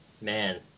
Man